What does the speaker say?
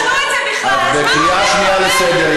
את בקריאה שנייה לסדר,